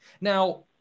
Now